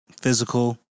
physical